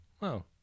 Wow